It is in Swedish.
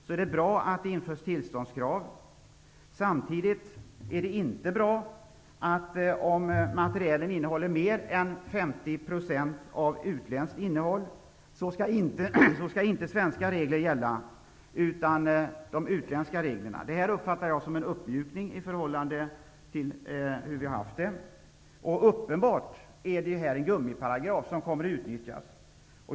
Samtidigt är det inte bra att svenska regler inte skall gälla om materielen innehåller mer än 50 % utländskt material. Då skall de utländska reglerna gälla. Detta uppfattar jag som en uppmjukning i förhållande till hur vi har haft det. Uppenbart är att detta är en gummiparagraf som kommer att utnyttjas.